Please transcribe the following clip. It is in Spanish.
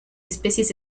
especies